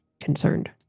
concerned